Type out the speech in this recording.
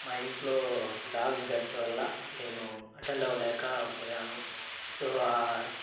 మా ఇంట్లో dog death వల్ల నేను అటెండ్ అవ్వలేక పోయాను సో ఆ